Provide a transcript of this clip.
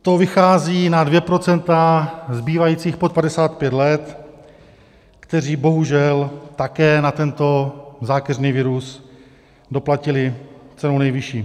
To vychází na 2 % zbývajících pod 55 let, kteří bohužel také na tento zákeřný virus doplatili cenou nejvyšší.